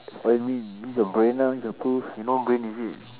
what do you mean use your brain lah need to prove you no brain is it